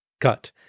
Cut